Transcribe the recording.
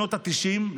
בשנות התשעים,